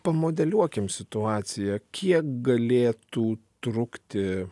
pamodeliuokim situaciją kiek galėtų trukti